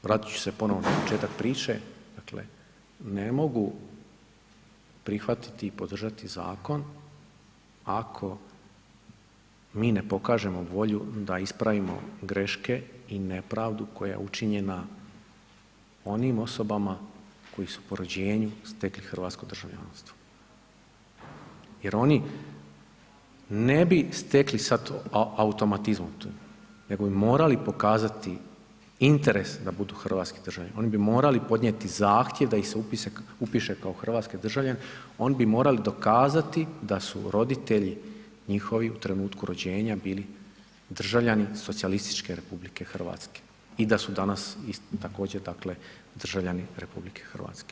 Međutim, vratit ću se ponovo na početak priče, dakle, ne mogu prihvatiti i podržati zakon ako mi ne pokažemo volju da ispravimo greške i nepravdu koja je učinjena onim osobama koji su po rođenju stekli hrvatsko državljanstvo jer oni ne bi stekli sad automatizmom to, nego bi morali pokazati interes da budu hrvatski državljani, oni bi morali podnijeti zahtjev da ih se upiše kao hrvatski državljan, oni bi morali dokazati da su roditelji njihovi u trenutku rođenja bili državljani socijalističke RH i da su danas također dakle državljani RH.